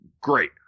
Great